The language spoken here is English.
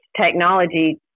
technology